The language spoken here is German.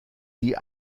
die